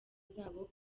zabo